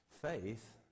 faith